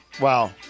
Wow